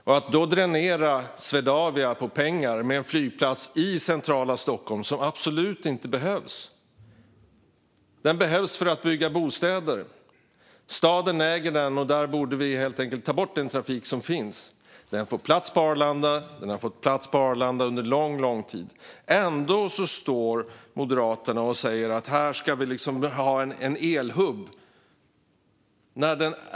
Men i stället dräneras Swedavia på pengar med en flygplats i centrala Stockholm som absolut inte behövs. Den behövs för att bygga bostäder, och staden äger marken. Vi borde helt enkelt ta bort befintlig trafik. Den får plats på Arlanda, och den har fått plats på Arlanda under lång tid. Ändå säger Moderaterna att det på Bromma ska vara en elhubb.